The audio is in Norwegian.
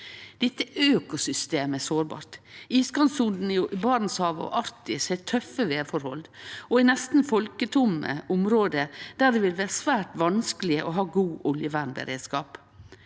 Dette økosystemet er sårbart. Iskantsonene i Barentshavet og Arktis har tøffe vêrforhold og er nesten folketomme område, der det vil vere svært vanskeleg å ha god oljevernberdskap.